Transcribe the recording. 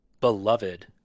Beloved